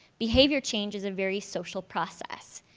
behavior change is a very social process.